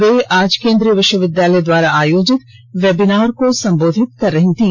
वे केंद्रीय विश्वविद्यालय द्वारा आयोजित वेबिनार को संबोधित कर रही थीं